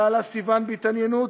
שאלה סיוון בהתעניינות,